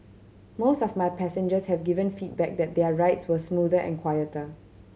most of my passengers have given feedback that their rides were smoother and quieter